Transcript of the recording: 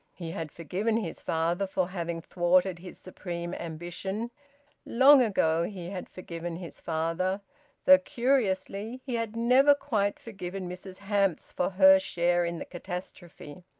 he had forgiven his father for having thwarted his supreme ambition long ago he had forgiven his father though, curiously, he had never quite forgiven mrs hamps for her share in the catastrophe.